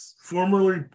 formerly